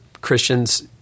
Christians